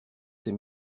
ces